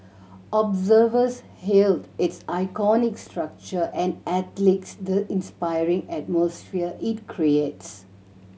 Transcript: observers hailed its iconic structure and athletes the inspiring atmosphere it creates